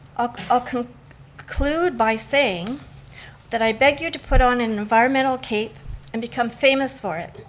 i'll i'll conclude by saying that i beg you to put on an environmental cape and become famous for it.